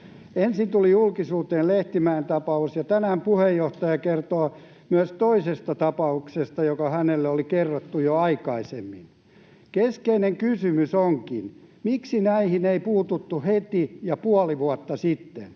Ensin tuli julkisuuteen Lehtimäen tapaus, ja tänään puheenjohtaja kertoi myös toisesta tapauksesta, joka hänelle oli kerrottu jo aikaisemmin. Keskeinen kysymys onkin, miksi näihin ei puututtu heti ja puoli vuotta sitten.